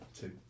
Two